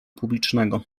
publicznego